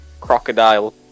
crocodile